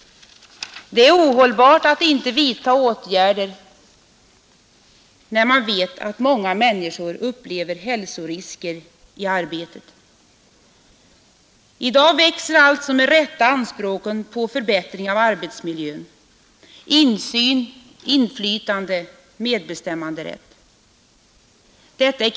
Det är ohållbart att inte vidta åtgärder när man vet att många människor upplever hälsorisker i arbetet. I dag växer alltså med rätta anspråken på förbättring av arbetsmiljön, på insyn och inflytande, på medbestämmanderätt.